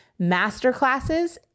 masterclasses